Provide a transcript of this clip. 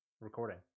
recording